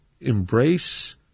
embrace